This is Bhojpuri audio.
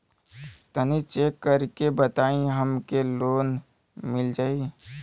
तनि चेक कर के बताई हम के लोन मिल जाई?